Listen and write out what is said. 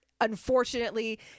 Unfortunately